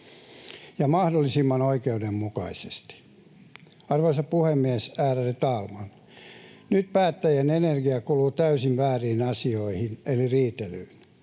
ja mahdollisimman oikeudenmukaisesti. Arvoisa puhemies, ärade talman! Nyt päättäjien energia kuluu täysin vääriin asioihin eli riitelyyn.